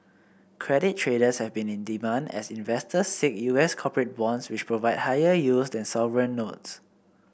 credit traders have been in demand as investors seek U S corporate bonds which provide higher yields than sovereign notes